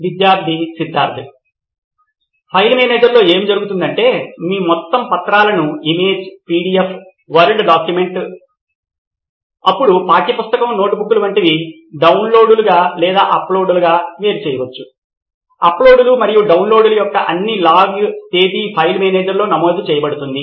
విద్యార్థి సిద్ధార్థ్ ఫైల్ మేనేజర్లో ఏమి జరుగుతుందంటే మీ మొత్తం పత్రాలను ఇమేజ్ పిడిఎఫ్ వర్డ్ డాక్యుమెంట్image PDF Word document అప్పుడు పాఠ్యపుస్తకం నోట్బుక్ వంటివి డౌన్లోడ్లుగా లేదా అప్లోడ్లుగా వేరుచేయవచ్చు అప్లోడ్లు మరియు డౌన్లోడ్ల యొక్క అన్ని లాగ్ తేదీ ఫైల్ మేనేజర్లో నమోదు చేయబడుతుంది